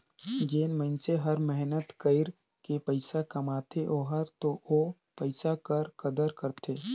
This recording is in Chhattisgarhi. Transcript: जेन मइनसे हर मेहनत कइर के पइसा कमाथे ओहर ओ पइसा कर कदर करथे